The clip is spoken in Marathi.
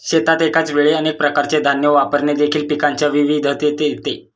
शेतात एकाच वेळी अनेक प्रकारचे धान्य वापरणे देखील पिकांच्या विविधतेत येते